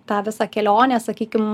tą visą kelionę sakykim